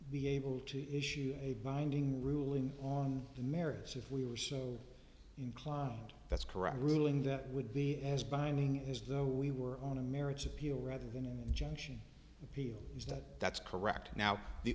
be able to issue a binding ruling on marriage so if we were so inclined that's correct ruling that would be as binding as though we were on a marriage appeal rather than a junction appeal is that that's correct now the